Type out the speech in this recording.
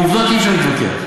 עם עובדות אי-אפשר להתווכח.